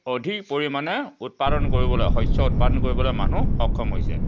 অধিক পৰিমাণে উৎপাদন কৰিবলৈ শস্য উৎপাদন কৰিবলৈ মানুহ সক্ষম হৈছে